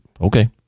okay